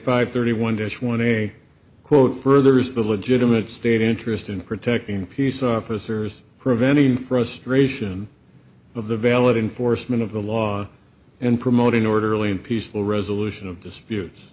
five thirty one dish when a quote furthers the legitimate state interest in protecting peace officers prevented the first ration of the valid enforcement of the law and promoting orderly and peaceful resolution of disputes